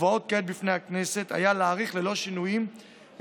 המובאות כעת בפני הכנסת היה להאריך ללא שינויים את